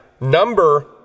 number